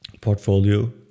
portfolio